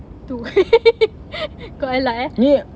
two got a lot eh